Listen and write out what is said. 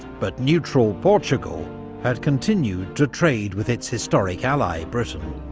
but neutral portugal had continued to trade with its historic ally, britain,